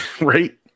Right